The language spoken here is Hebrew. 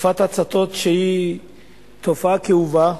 בתופעת ההצתות, שהיא תופעה כאובה,